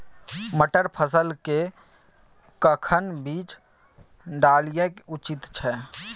मटर फसल के कखन बीज डालनाय उचित छै?